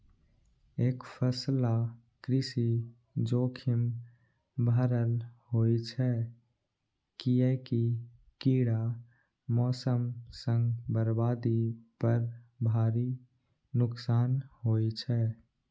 एकफसला कृषि जोखिम भरल होइ छै, कियैकि कीड़ा, मौसम सं बर्बादी पर भारी नुकसान होइ छै